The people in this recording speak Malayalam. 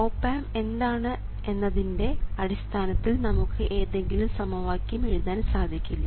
ഓപ് ആമ്പ് എന്താണ് എന്നതിൻറെ അടിസ്ഥാനത്തിൽ നമുക്ക് ഏതെങ്കിലും സമവാക്യം എഴുതാൻ സാധിക്കില്ല